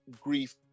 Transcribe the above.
grief